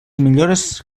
millores